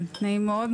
כן, נעים מאוד.